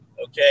okay